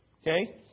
Okay